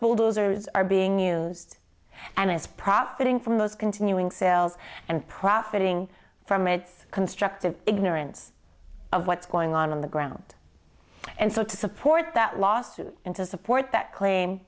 bulldozers are being used and is profiting from those continuing sales and profiting from its constructive ignorance of what's going on on the ground and so to support that lawsuit and to support that claim